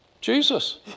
Jesus